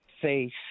faith